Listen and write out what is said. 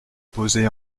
posez